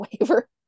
waiver